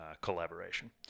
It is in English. collaboration